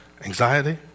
Anxiety